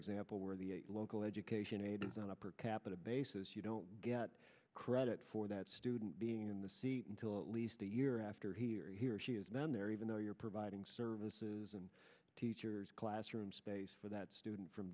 example where the local education aid is on a per capita basis you don't get credit for that student being in the seat until at least a year after here he or she is now in there even though you're providing services and teacher's classroom space for that student from